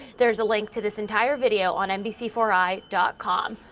there's a link to this entire video on nbc four i dot com.